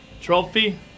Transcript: Trophy